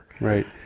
right